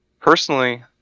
Personally